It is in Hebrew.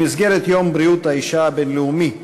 במסגרת יום בריאות האישה הבין-לאומי,